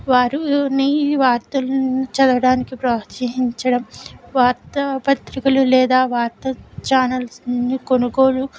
వారూ నీ వార్తలను చదవడానికి ప్రోత్సహించడం వార్తాపత్రికలు లేదా వార్త చానల్స్ ను కొనుగోలు